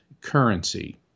currency